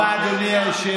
תודה רבה, אדוני היושב-ראש.